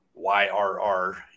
YRR